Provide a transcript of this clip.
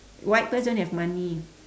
white purse don't have money